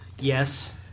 Yes